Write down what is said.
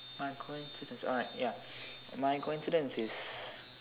my coincidence alright ya my coincidence is